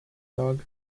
dog